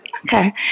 Okay